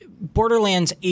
Borderlands